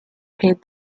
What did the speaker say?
paid